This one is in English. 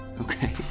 Okay